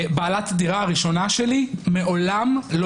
בעלת הדירה שלי הראשונה שלי מעולם לא